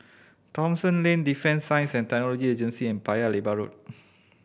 Thomson Lane Defence Science And Technology Agency and Paya Lebar Road